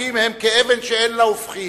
החוקים הם כאבן שאין לה הופכין,